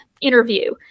interview